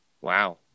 Wow